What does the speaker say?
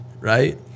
Right